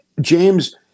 James